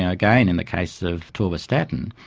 ah again, in the case of atorvastatin,